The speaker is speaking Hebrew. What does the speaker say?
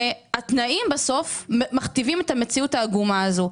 והתנאים בסוף מכתיבים את המציאות העגומה הזאת.